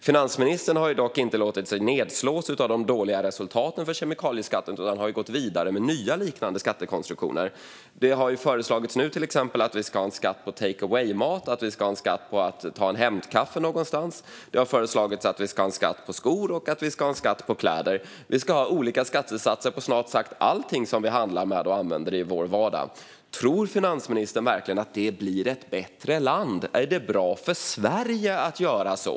Finansministern har dock inte låtit sig nedslås av de dåliga resultaten för kemikalieskatten utan har gått vidare med nya liknande skattekonstruktioner. Det har nu till exempel föreslagits att vi ska ha en skatt på take away-mat och att vi ska ha en skatt på att ta en hämtkaffe någonstans. Det har föreslagits att vi ska ha en skatt på skor och att vi ska ha en skatt på kläder. Vi ska ha olika skattesatser på snart sagt allting som vi köper och använder i vår vardag. Tror finansministern verkligen att det blir ett bättre land då? Är det bra för Sverige att göra så?